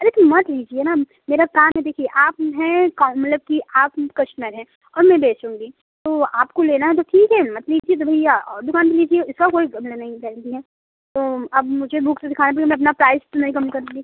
अरे तो मत लीजिए न मेरा काम है देखिए आप हैं कौन मतलब कि आप कश्टमर हैं और मैं बेचूँगी तो आपको लेना है तो ठीक है मत लीजिए तो भैया और दुकान पर लीजिए इसका कोई नहीं गैरेंटी है तो अब मुझे बुक्स दिखाना पड़े मैं अपना प्राइज़ तो नहीं कम करूंगी